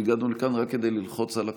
והגענו לכאן רק כדי ללחוץ על הכפתורים.